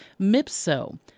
Mipso